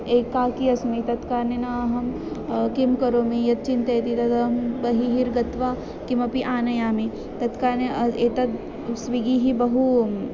एकाकी अस्मि तत्कारणेन अहं किं करोमि यत् चिन्तयामि तदहं बहिः गत्वा किमपि आनयामि तत्कारणे एतत् स्विगिः बहु